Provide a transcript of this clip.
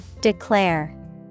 Declare